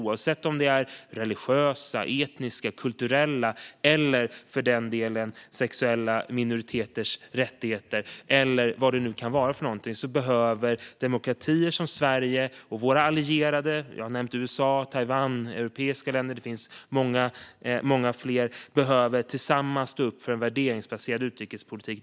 Oavsett om det är religiösa, etniska, kulturella eller för den delen sexuella minoriteters rättigheter, eller vad det nu kan vara, behöver demokratier som Sverige och våra allierade - jag har nämnt USA, Taiwan, europeiska länder, och det finns många fler - tillsammans stå upp för en värderingsbaserad utrikespolitik.